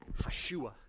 Hashua